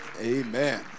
Amen